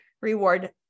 reward